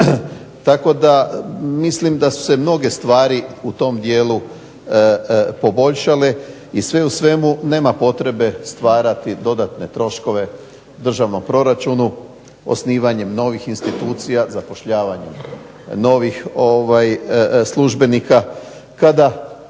Tako da mislim da su se mnoge stvari u tom dijelu poboljšale i sve u svemu nema potrebe stvarati dodatne troškove državnom proračunu osnivanjem novih institucija, zapošljavanjem novih službenika